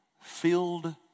filled